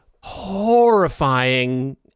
horrifying